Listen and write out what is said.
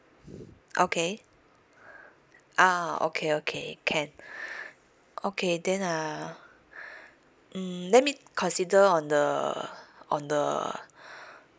okay ah okay okay can okay then uh mm let me consider on the on the